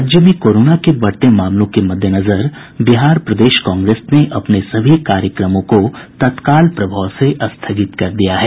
राज्य में कोरोना के बढ़ते मामलों के मद्देनजर बिहार प्रदेश कांग्रेस ने अपने सभी कार्यक्रमों को तत्काल प्रभाव से स्थगित कर दिया है